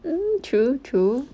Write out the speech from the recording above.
mm true true